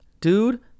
Dude